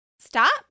stop